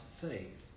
faith